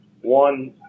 One